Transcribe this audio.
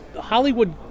Hollywood